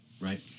Right